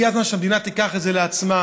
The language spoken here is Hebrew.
הגיע הזמן שהמדינה תיקח את זה על עצמה.